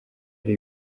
ari